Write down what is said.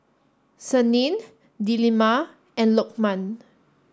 Senin Delima and Lokman